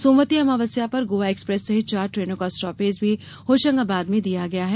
सोमवती अमावस्था पर गोवा एक्सप्रेस सहित चार ट्रेनों का स्टापेज भी होशंगाबाद में दिया गया है